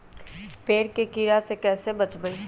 पेड़ के कीड़ा से कैसे बचबई?